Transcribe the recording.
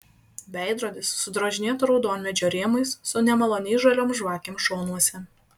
veidrodis drožinėto raudonmedžio rėmais su nemaloniai žaliom žvakėm šonuose